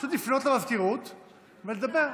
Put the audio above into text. פשוט לפנות למזכירות ולדבר.